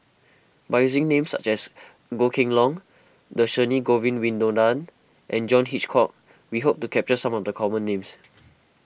by using names such as Goh Kheng Long Dhershini Govin Winodan and John Hitchcock we hope to capture some of the common names